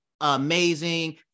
amazing